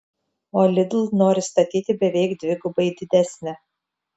o lidl nori statyti beveik dvigubai didesnę